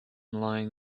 lying